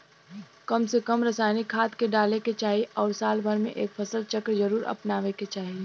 कम से कम रासायनिक खाद के डाले के चाही आउर साल भर में एक फसल चक्र जरुर अपनावे के चाही